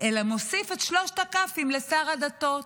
אלא מוסיף את שלושת הכ"פים לשר הדתות: